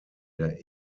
der